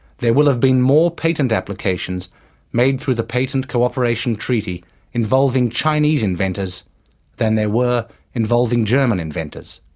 there will have been more patent applications made through the patent cooperation treaty involving chinese inventors than there were involving german inventors.